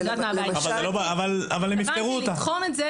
אבל הם יפתרו אותה.